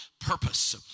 purpose